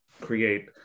create